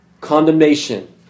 condemnation